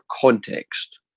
context